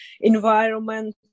environment